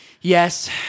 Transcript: Yes